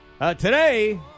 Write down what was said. Today